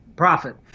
profit